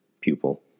Pupil